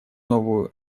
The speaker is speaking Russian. новую